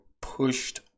pushed